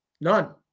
None